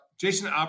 Jason